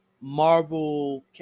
Marvel